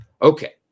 Okay